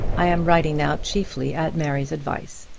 i am writing now chiefly at mary's advice,